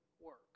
work